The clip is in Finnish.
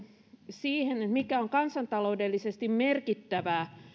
siihen mikä on kansantaloudellisesti merkittävää